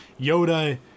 Yoda